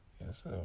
yes